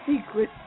secret